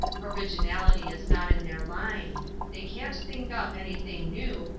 originality is not in their line they can't think up anything new,